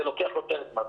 זה לוקח יותר זמן.